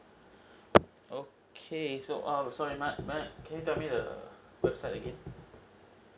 okay so err sorry may I may I can you tell me the website again